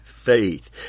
faith